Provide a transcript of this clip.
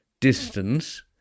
distance